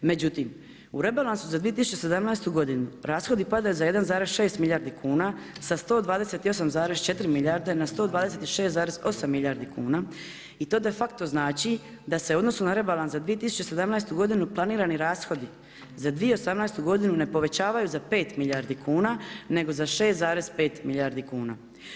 Međutim, u rebalansu za 2017. godinu rashodi padaju za 1,6 milijardi kuna sa 128,4 na 126,8 milijardi kuna i to de facto znači da se u odnosu na rebalans za 2017. godinu planirani rashodi za 2018. godinu ne povećavaju za 5 milijardi kuna nego za 6,5 milijardi kuna.